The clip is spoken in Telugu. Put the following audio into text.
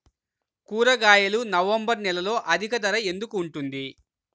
కూరగాయలు నవంబర్ నెలలో అధిక ధర ఎందుకు ఉంటుంది?